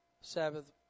Sabbath